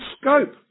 scope